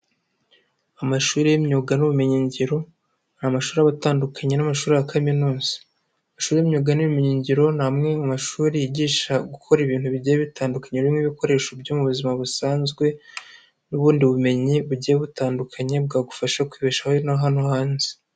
Amashuri y'imyuga n'ubumenyiyingiro ni amashuri aba atandukanye n'amashuri ya kaminuza, amashuri imyuga n'ubumenyiyingiro ni amwe mu mashuri yigisha gukora ibintu bigiye bitandukanye birimo ibikoresho byo mu buzima busanzwe n'ubundi bumenyi bugiye butandukanye bwagufasha kwibeshaho ino hano hanze.